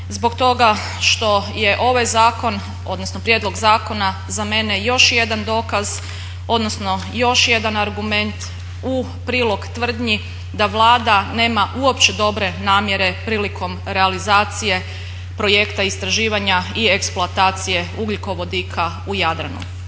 zbog toga što je ovaj zakon odnosno prijedlog zakona za mene još jedan dokaz, odnosno još jedan argument u prilog tvrdnji da Vlada nema uopće dobre namjere prilikom realizacije projekta istraživanja i eksploatacije ugljikovodika u Jadranu.